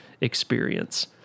experience